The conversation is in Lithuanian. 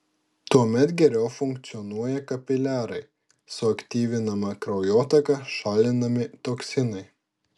tuomet geriau funkcionuoja kapiliarai suaktyvinama kraujotaka šalinami toksinai